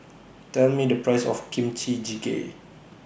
Tell Me The Price of Kimchi Jjigae